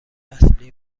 اصلی